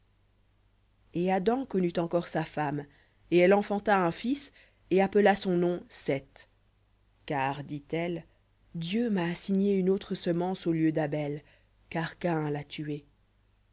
et adam connut encore sa femme et elle enfanta un fils et appela son nom seth car dieu m'a assigné une autre semence au lieu d'abel car caïn l'a tué